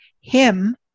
him-